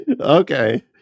Okay